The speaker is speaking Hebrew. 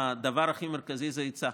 הדבר המרכזי ביותר זה היצע.